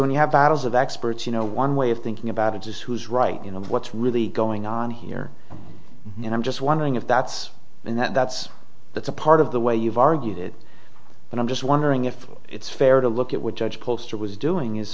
when you have battles of experts you know one way of thinking about it is who's right you know what's really going on here and i'm just wondering if that's and that's that's a part of the way you've argued it and i'm just wondering if it's fair to look at what judge poster was doing is